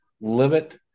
limit